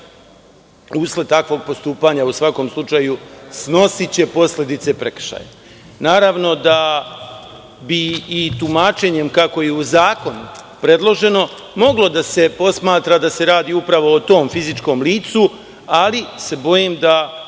usled takvog postupanja, u svakom slučaju, snosiće posledice prekršaja. Naravno da bi i tumačenjem kako je u zakonu predloženo, moglo da se posmatra da se radi upravo o tom fizičkom licu. Bojim se